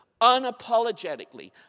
Unapologetically